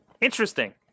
interesting